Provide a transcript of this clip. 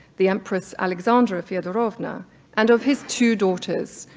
the empress alexandra feodorovna and of his two daughters,